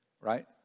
right